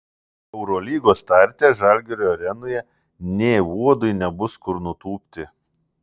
eurolygos starte žalgirio arenoje nė uodui nebus kur nutūpti